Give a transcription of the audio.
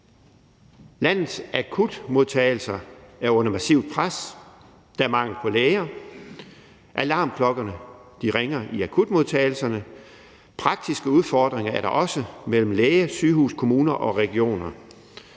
Landets akutmodtagelser er under massivt pres. Der er mangel på læger. Alarmklokkerne ringer i akutmodtagelserne. Praktiske udfordringer er der også mellem læge, sygehus, kommune og region.